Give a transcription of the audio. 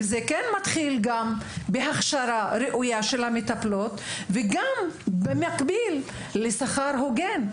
וזה כן מתחיל בהכשרה ראויה של המטפלות וגם במקביל לשכר הוגן.